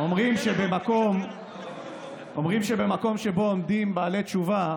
אומרים שבמקום שבו עומדים בעלי תשובה,